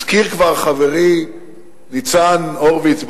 הזכיר כבר חברי ניצן הורוביץ,